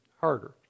harder